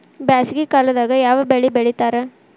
ಬ್ಯಾಸಗಿ ಕಾಲದಾಗ ಯಾವ ಬೆಳಿ ಬೆಳಿತಾರ?